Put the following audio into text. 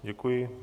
Děkuji.